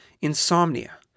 insomnia